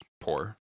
poor